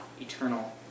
eternal